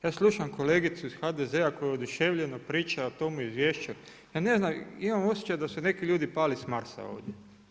Ja slušam kolegicu iz HDZ-a koja oduševljeno priča o tome izvješću, ja ne znam, imam osjećaj ko da su neki ljudi pali s Marsa ovdje.